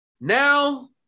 now